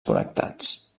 connectats